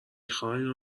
خواین